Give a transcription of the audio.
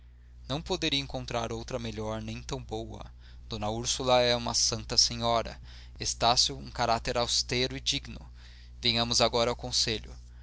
não poderia encontrar outra melhor nem tão boa d úrsula é uma santa senhora estácio um caráter austero e digno venhamos agora ao conselho